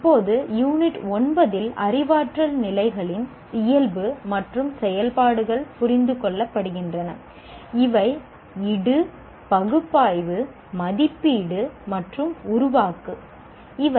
இப்போது யூனிட் 9 இல் அறிவாற்றல் நிலைகளின் இயல்பு மற்றும் செயல்பாடுகள் புரிந்துகொள்ளப்படுகின்றன அவை 'இடு' 'பகுப்பாய்வு' 'மதிப்பீடு' மற்றும் 'உருவாக்கு'